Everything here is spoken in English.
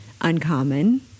uncommon